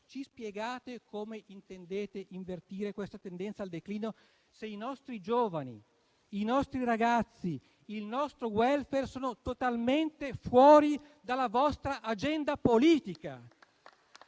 Ci spiegate come intendete invertire questa tendenza al declino se i nostri giovani, i nostri ragazzi, il nostro *welfare,* sono totalmente fuori dalla vostra agenda politica?